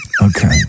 Okay